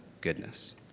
goodness